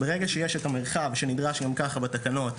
ברגע שיש את המרחב שנדרש גם ככה בתקנות,